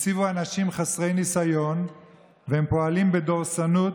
חיסונים לפלסטינים,